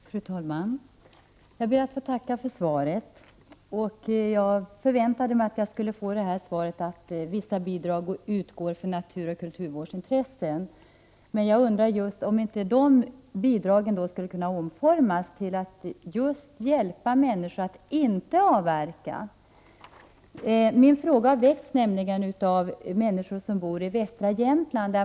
Fru talman! Jag ber att få tacka för svaret. Jag förväntade mig att få svaret att vissa bidrag utgår för naturoch kulturvårdsintressen. Jag undrar just om inte de bidragen skulle kunna omformas till att hjälpa människor att inte avverka. Jag har ställt min fråga med tanke på de människor som bor i västra Jämtland.